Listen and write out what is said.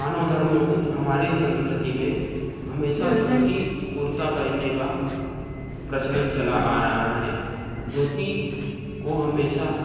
मानव धर्म में हमारे संस्कृति में हमेशा धोती कुर्ता पहनने का प्रचलन चला आ रहा है धोती को हमेशा